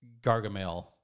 Gargamel